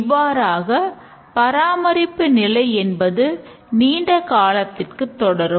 இவ்வாறாக பராமரிப்பு நிலை என்பது நீண்ட காலத்திற்கு தொடரும்